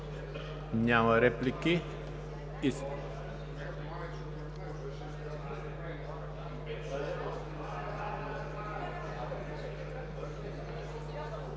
Няма реплики.